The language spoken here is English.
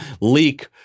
leak